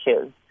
issues